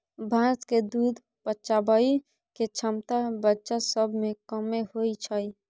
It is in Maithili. भैंस के दूध पचाबइ के क्षमता बच्चा सब में कम्मे होइ छइ